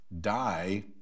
die